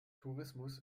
tourismus